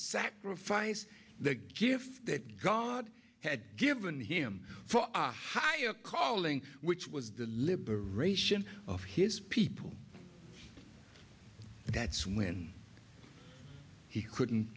sacrifice the gift that god had given him for a higher calling which was the liberation of his people that's when he couldn't